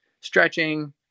stretching